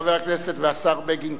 לחבר הכנסת והשר בגין,